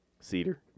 Cedar